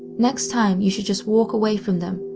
next time you should just walk away from them,